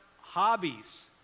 hobbies